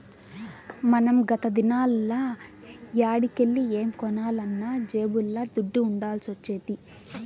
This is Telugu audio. మనం గత దినాల్ల యాడికెల్లి ఏం కొనాలన్నా జేబుల్ల దుడ్డ ఉండాల్సొచ్చేది